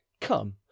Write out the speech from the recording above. Come